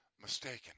mistaken